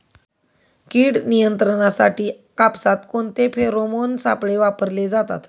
कीड नियंत्रणासाठी कापसात कोणते फेरोमोन सापळे वापरले जातात?